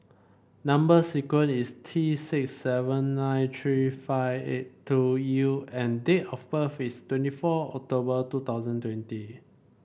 number sequence is T six seven nine tree five eight two U and date of birth is twenty four October two thousand twenty